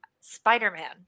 spider-man